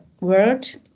world